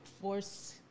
force